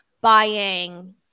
buying